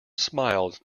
smiled